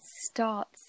starts